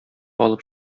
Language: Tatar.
алып